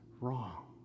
wrong